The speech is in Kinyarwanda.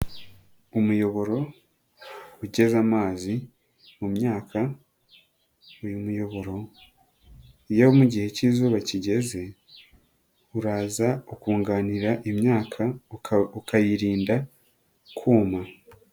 Umuyoboro ugeze amazi mu myaka, uyu muyoboro, iyo mu gihe cy'izuba kigeze, uraza ukunganira imyaka, ukayirinda kuma.